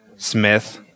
Smith